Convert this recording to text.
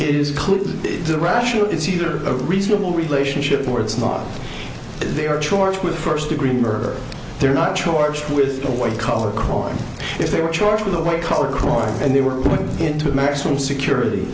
clear to the rational it's either a reasonable relationship or it's not they are charged with first degree murder they're not choice with a white collar crime if they were charged with a white collar crime and they were put into a maximum security